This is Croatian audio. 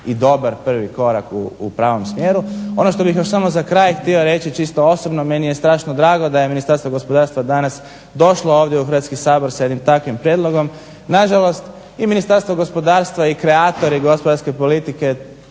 i dobar prvi korak u pravom smjeru. Ono što bih još samo za kraj htio reći čisto osobno. Meni je strašno drago da je Ministarstvo gospodarstva danas došlo ovdje u Hrvatski sabor sa jednim takvim prijedlogom. Nažalost i Ministarstvo gospodarstva i kreatori gospodarske politike